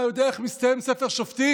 אתה יודע איך מסתיים ספר שופטים?